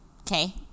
Okay